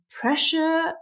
pressure